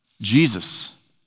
Jesus